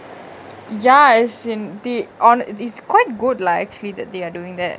ya as in they are is quite good lah actually that they are doing that